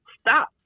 stop